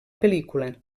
pel·lícula